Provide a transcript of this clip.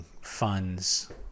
funds